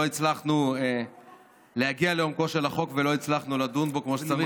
לא הצלחנו להגיע לעומקו של החוק ולא הצלחנו לדון בו כמו שצריך.